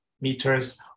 meters